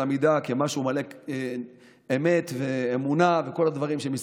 המידה כמשהו מלא אמת ואמונה וכל הדברים שמסביב.